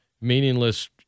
meaningless